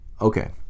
Okay